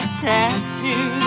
tattoo